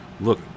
Look